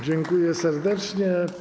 Dziękuję serdecznie.